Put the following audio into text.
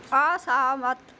असहमत